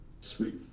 Sweet